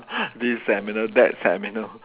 this seminar that seminar